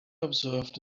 observed